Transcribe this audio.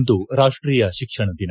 ಇಂದು ರಾಷ್ಟೀಯ ಶಿಕ್ಷಣ ದಿನ